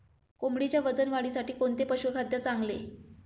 कोंबडीच्या वजन वाढीसाठी कोणते पशुखाद्य चांगले?